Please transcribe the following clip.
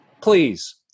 Please